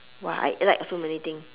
!wah! I like so many thing